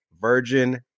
Virgin